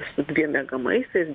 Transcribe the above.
su dviem miegamaisiais